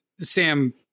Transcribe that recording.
sam